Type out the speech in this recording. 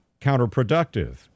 counterproductive